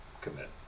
commit